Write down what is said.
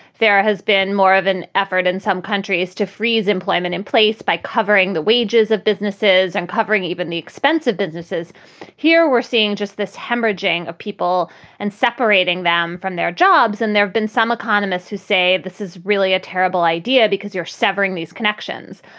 there has been more of an effort in some countries to freeze employment in place by covering the wages of businesses and covering even the expensive businesses here. we're seeing just this hemorrhaging of people and separating them from their jobs. and there've been some economists who say this is really a terrible idea because you're severing these connections.